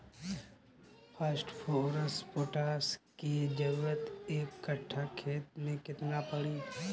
Phosphorus potash के जरूरत एक कट्ठा खेत मे केतना पड़ी?